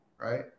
right